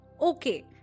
Okay